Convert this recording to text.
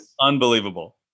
unbelievable